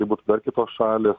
tai būtų dar kitos šalys